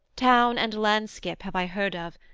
town and landskip, have i heard of,